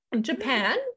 japan